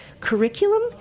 curriculum